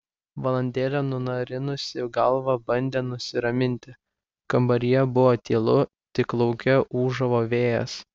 valandėlę nunarinusi galvą bandė nusiraminti kambaryje buvo tylu tik lauke ūžavo vėjas